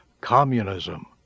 communism